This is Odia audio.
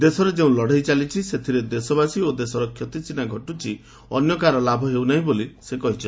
ଦେଶରେ ଯେଉଁ ଲଡ଼େଇ ଚାଲିଛି ସେଥିରେ ଦେଶବାସୀ ଓ ଦେଶର କ୍ଷତି ସିନା ଘଟୁଛି ଅନ୍ୟ କାହାର ଲାଭ ହେଉନାହିଁ ବୋଲି ସେ କହିଛନ୍ତି